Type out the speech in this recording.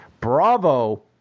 Bravo